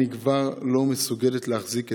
אני כבר לא מסוגלת להחזיק בזה,